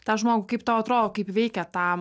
tą žmogų kaip tau atrodo kaip veikia tą